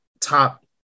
top